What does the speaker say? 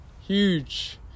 huge